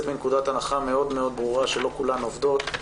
מנקודת הנחה מאוד ברורה שלא כולן עובדות.